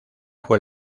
fue